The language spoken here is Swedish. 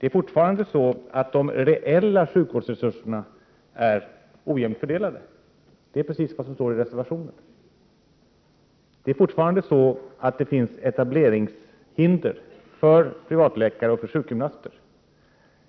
De reella sjukvårdsresurserna är fortfarande ojämnt fördelade, och det är vad som står i reservationen. Det finns fortfarande etableringshinder för privatläkare och sjukgymnaster.